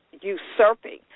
usurping